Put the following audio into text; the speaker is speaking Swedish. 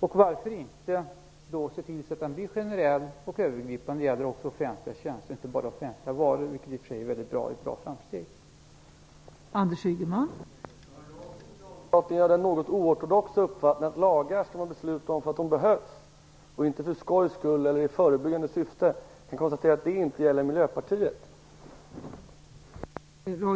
Varför då inte se till att lagstiftningen blir generell, så att den gäller inte bara svenska varor - vilket i och för sig är ett mycket bra framsteg - utan också svenska